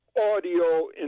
audio